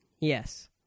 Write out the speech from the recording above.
Yes